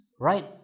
Right